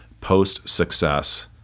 post-success